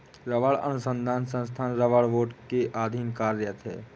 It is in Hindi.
रबड़ अनुसंधान संस्थान रबड़ बोर्ड के अधीन कार्यरत है